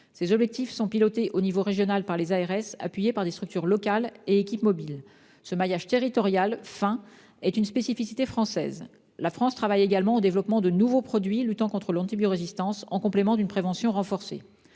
Ces objectifs sont pilotés au niveau régional par les ARS, appuyées par des structures locales et des équipes mobiles. Ce maillage territorial fin est une spécificité française. La France travaille également au développement de nouveaux produits luttant contre l'antibiorésistance, en complément d'une prévention renforcée.